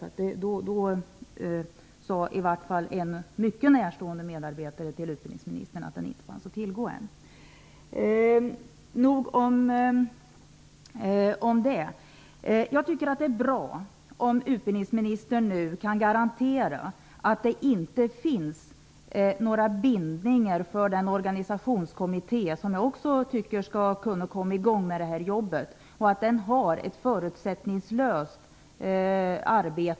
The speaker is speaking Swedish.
Vid den tidpunkten sade nämligen en till utbildningsministern mycket närstående medarbetare att den ännu inte fanns att tillgå. Nog om det. Det är bra om utbildningsministern nu kan garantera att det inte finns några bindningar för den organsiationskommitté som jag också tycker skall kunna komma i gång med jobbet, utan att kommittén framför sig har ett förutsättningslöst arbete.